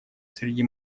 среди